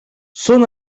són